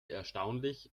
erstaunlich